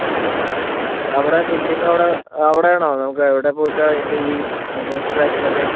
okay ഏട്ടാ അവിടെ billing അവിടെ അവിടെയാണോ നമ്മുക്കവിടെ പോയിട്ട് അതിൻ്റെയീ ഇ എം ഐൻ്റെ കാര്യങ്ങളൊക്കെ